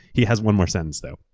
he has one more sentence though.